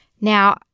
Now